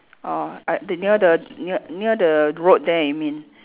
uh uh near the near near the road there you mean